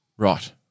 Right